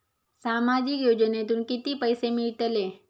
सामाजिक योजनेतून किती पैसे मिळतले?